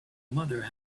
mother